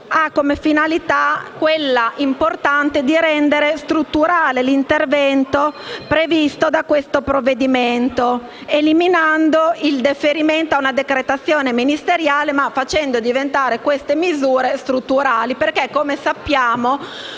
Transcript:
del comma 4, quella di rendere strutturale l’intervento previsto da questo provvedimento, eliminando il deferimento a una decretazione ministeriale, ma facendo diventare queste misure strutturali. Come sappiamo,